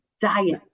diet